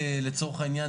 לצורך העניין,